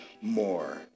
more